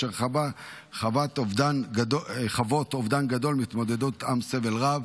אשר חוות אובדן גדול ומתמודדת עם סבל רב.